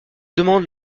demande